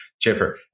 Chipper